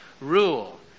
rule